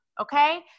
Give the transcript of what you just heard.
Okay